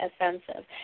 offensive